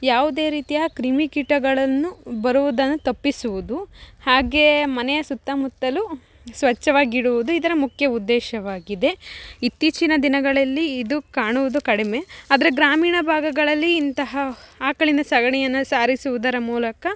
ಯಾವುದೇ ರೀತಿಯ ಕ್ರಿಮಿ ಕೀಟಗಳನ್ನು ಬರುವುದನ್ನು ತಪ್ಪಿಸುವುದು ಹಾಗೇ ಮನೆಯ ಸುತ್ತಮುತ್ತಲು ಸ್ವಚ್ವವಾಗಿಡುವುದು ಇದರ ಮುಕ್ಯ ಉದ್ದೇಶವಾಗಿದೆ ಇತ್ತೀಚಿನ ದಿನಗಳಲ್ಲಿ ಇದು ಕಾಣುವುದು ಕಡಿಮೆ ಆದರೆ ಗ್ರಾಮೀಣ ಭಾಗಗಳಲ್ಲಿ ಇಂತಹ ಆಕಳಿನ ಸಗಣಿಯನ್ನು ಸಾರಿಸುವುದರ ಮೂಲಕ